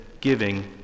giving